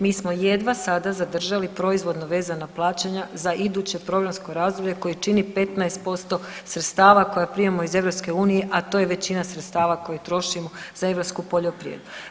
Mi smo jedva sada zadržali proizvodno vezana plaćanja za iduće programsko razdoblje koje čini 15% sredstava koja primamo iz EU, a to je većina sredstava koje trošimo za europsku poljoprivredu.